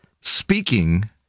speaking